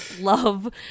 love